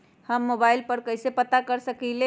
हम मोबाइल पर कईसे पता कर सकींले?